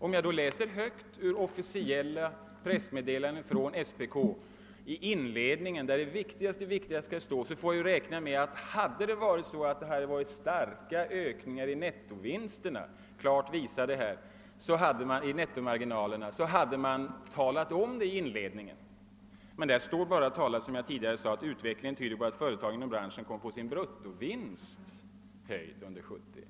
Men i det officiella pressmeddelandet från SPK står det i inledningen, som bör innehålla det viktigaste, bara talat om att utvecklingen tyder på att företagen inom branschen kommer att få sin bruttovinst höjd under 1970. Om man hade konstaterat starka ökningar i nettovinsterna borde det väl ha nämnts i inledningen.